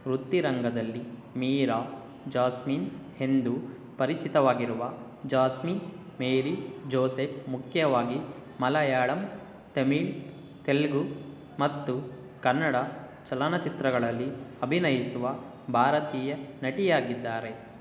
ವೃತ್ತಿರಂಗದಲ್ಲಿ Meera Jasmine ಎಂದು ಪರಿಚಿತವಾಗಿರುವ Jasmine Mary Joseph ಮುಖ್ಯವಾಗಿ ಮಲಯಾಳಮ್ ತಮಿಳು ತೆಲುಗು ಮತ್ತು ಕನ್ನಡ ಚಲನಚಿತ್ರಗಳಲ್ಲಿ ಅಭಿನಯಿಸುವ ಭಾರತೀಯ ನಟಿಯಾಗಿದ್ದಾರೆ